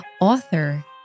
author